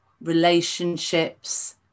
relationships